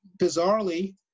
bizarrely